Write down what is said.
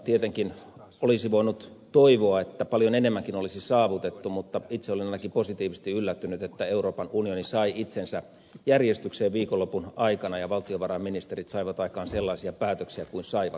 tietenkin olisi voinut toivoa että paljon enemmänkin olisi saavutettu mutta itse olin ainakin positiivisesti yllättynyt että euroopan unioni sai itsensä järjestykseen viikonlopun aikana ja valtiovarainministerit saivat aikaan sellaisia päätöksiä kuin saivat